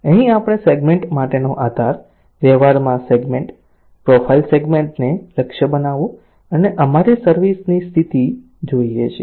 અહીં આપણે સેગ્મેન્ટ માટેનો આધાર વ્યવહારમાં સેગ્મેન્ટ પ્રોફાઇલ સેગમેન્ટને લક્ષ્ય બનાવવું અને અમારી સર્વિસ ની સ્થિતિ જોઈએ છીએ